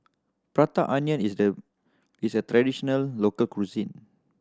Prata Onion is a is a traditional local cuisine